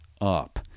up